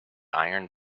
iron